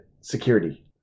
security